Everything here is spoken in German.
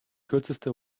kürzeste